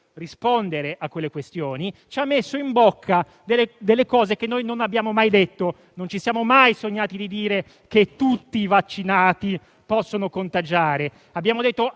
di sanità del 10 settembre, ci ha messo in bocca delle cose che noi non abbiamo mai detto. Non ci siamo mai sognati di dire che tutti i vaccinati possono contagiare. Abbiamo detto